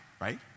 right